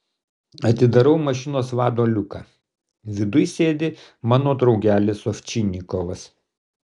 atidarau mašinos vado liuką viduj sėdi mano draugelis ovčinikovas